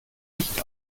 nicht